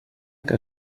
que